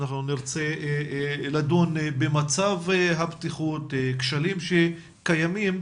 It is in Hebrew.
נרצה לדון במצב הבטיחות, כשלים שקיימים,